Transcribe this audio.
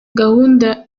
gahunda